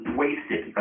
wasted